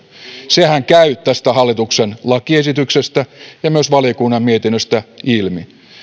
sehän käy tästä hallituksen lakiesityksestä ja myös valiokunnan mietinnöstä ilmi